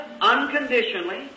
unconditionally